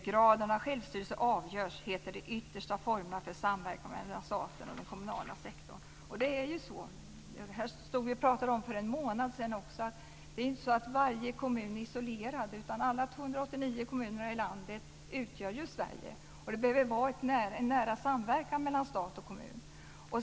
Graden av självstyrelse avgörs, heter det, ytterst av formerna för samverkan mellan staten och den kommunala sektorn. Det är ju så. Det här stod vi och talade om också för en månad sedan. Det är inte så att varje kommun är isolerad, utan alla 289 kommuner i landet utgör ju Sverige. Det behöver vara en nära samverkan mellan stat och kommun.